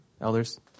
elders